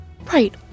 Right